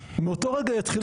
מאותו רגע יתחילו לטפל בזה.